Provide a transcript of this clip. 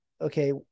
okay